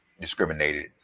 discriminated